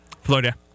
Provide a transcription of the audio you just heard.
Florida